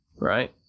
right